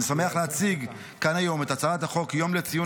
אני שמח להציג כאן היום את הצעת חוק יום לציון